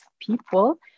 people